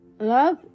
love